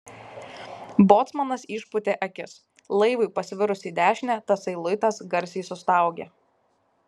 bocmanas išpūtė akis laivui pasvirus į dešinę tasai luitas garsiai sustaugė